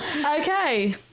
Okay